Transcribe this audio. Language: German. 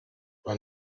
war